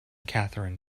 catherine